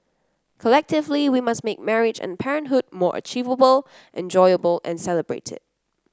collectively we must make marriage and parenthood more achievable enjoyable and celebrated